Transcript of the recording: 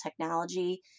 technology